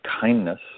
kindness